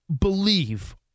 believe